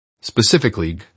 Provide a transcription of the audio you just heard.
Specifically